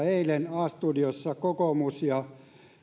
eilen a studiossa kokoomus ja